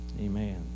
Amen